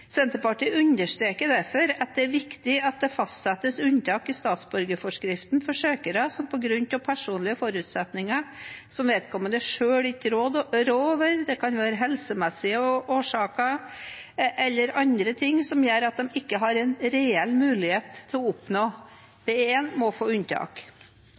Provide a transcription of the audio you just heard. Senterpartiet understreker derfor at det er viktig at det fastsettes unntak i statsborgerforskriften for søkere som på grunn av personlige forutsetninger som vedkommende selv ikke rår over, må få unntak. Det kan være helsemessige årsaker eller andre ting som gjør at de ikke har en reell mulighet til å oppnå